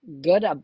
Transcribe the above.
good